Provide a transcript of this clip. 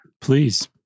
Please